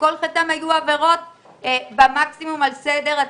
שכל חטאם היה עבירות במקסימום על הסדר הציבורי,